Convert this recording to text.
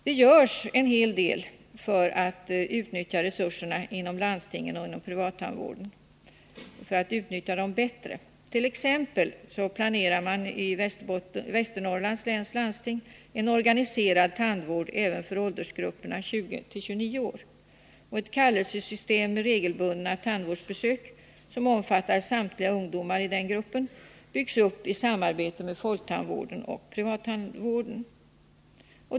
Det görs en hel del för att utnyttja resurserna bättre inom landstingen och inom privattandvården. Som exempel kan nämnas att man i Västernorrlands läns landsting planerar en organiserad tandvård även för åldersgrupperna 20-29 år. Ett kallelsesystem med regelbundna tandvårdsbesök som omfattar samtliga ungdomar i den gruppen byggs upp i samarbete med folktandvården och privattandvården.